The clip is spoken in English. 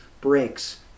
breaks